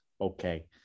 okay